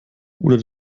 oder